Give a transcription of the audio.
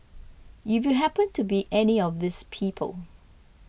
if you happened to be any of these people